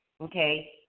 Okay